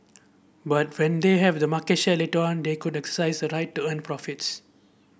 but when they have the market share later on they could exercise the right to earn profits